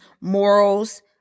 morals